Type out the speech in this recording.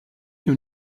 you